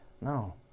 No